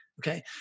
Okay